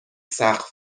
سقف